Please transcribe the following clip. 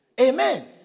Amen